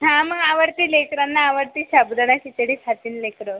हां मग आवडते लेकरांना आवडते साबुदाणा खिचडी खातील लेकरं